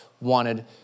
wanted